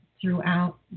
throughout